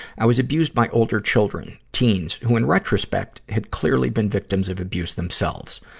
i was abused by older children. teens, who in retrospect, had clearly been victims of abuse themselves.